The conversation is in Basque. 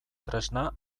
tresna